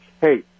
hey